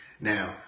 Now